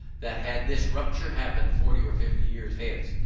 that had this rupture happened forty or fifty years hence,